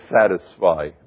satisfy